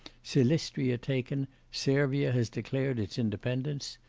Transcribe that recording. silistria taken servia has declared its independence.